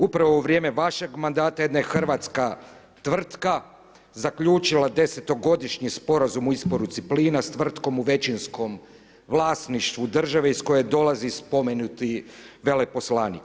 Upravo u vrijeme vašeg mandata jedna je hrvatska tvrtka zaključila desetogodišnji sporazum o isporuci plina s tvrtkom u većinskom vlasništvu države iz koje dolazi spomenuti veleposlanik.